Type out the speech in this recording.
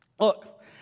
Look